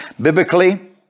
Biblically